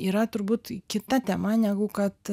yra turbūt kita tema negu kad